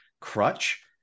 crutch